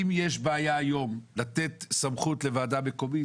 אם יש בעיה היום לתת סמכות לוועדה מקומית,